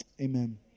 Amen